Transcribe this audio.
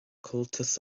comhaltas